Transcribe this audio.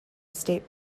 state